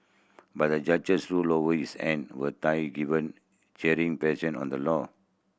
but the judges ruled his hand were tied given on the law